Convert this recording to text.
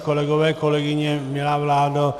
Kolegové, kolegyně, milá vládo.